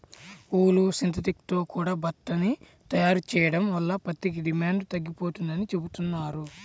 ఊలు, synthetic తో కూడా బట్టని తయారు చెయ్యడం వల్ల పత్తికి డిమాండు తగ్గిపోతందని చెబుతున్నారు